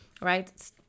Right